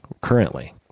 currently